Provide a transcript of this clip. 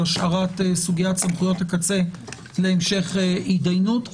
השארת סוגיית סמכויות הקצה להמשך התדיינות.